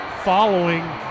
following